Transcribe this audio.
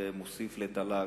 זה מוסיף לתל"ג.